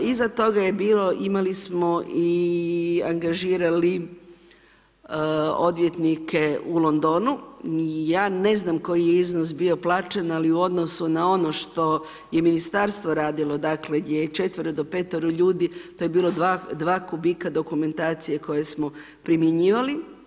Iza toga je bilo, imali smo i angažirali odvjetnike u Londonu, ja ne znam koji je iznos bio plaćen, ali u odnosu na ono što je ministarstvo radilo, dakle, gdje je 4-5 ljudi, to je bilo 2 kubika dokumentacije koje smo primjenjivali.